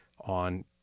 on